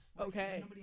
Okay